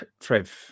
Trev